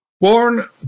Born